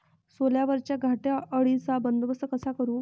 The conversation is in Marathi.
सोल्यावरच्या घाटे अळीचा बंदोबस्त कसा करू?